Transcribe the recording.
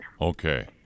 Okay